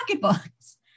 pocketbooks